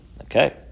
Okay